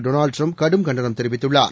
Donald Trump கடும் கண்டனம் தெரிவித்துள்ளார்